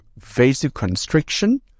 vasoconstriction